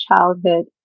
childhood